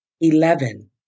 Eleven